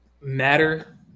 matter